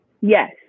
Yes